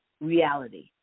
reality